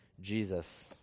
Jesus